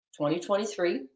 2023